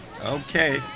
Okay